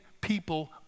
people